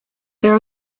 there